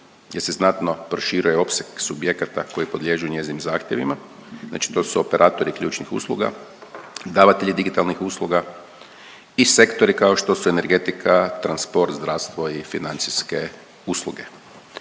gdje se znatno proširuje opseg subjekata koji podliježu njezinim zahtjevima, znači to su operatori ključnih usluga, davatelji digitalnih usluga i sektori, kao što su energetika, transport, zdravstvo i financijske usluge.